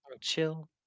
chill